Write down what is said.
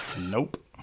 Nope